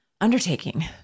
undertaking